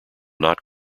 not